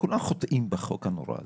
כולם חוטאים בחוק הנורא הזה.